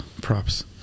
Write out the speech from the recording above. props